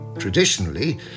Traditionally